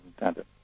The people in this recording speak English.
intended